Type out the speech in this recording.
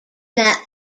that